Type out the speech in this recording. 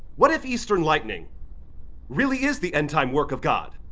what if eastern lightning really is the end-time work of god?